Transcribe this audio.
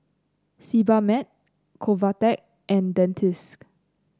Sebamed Convatec and Dentiste